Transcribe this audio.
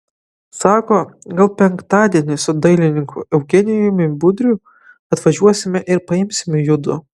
sako gal penktadienį su dailininku eugenijumi budriu atvažiuosime ir paimsime judu